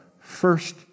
first